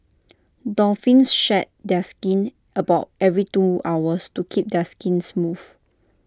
dolphins shed their skin about every two hours to keep their skin smooth